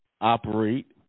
operate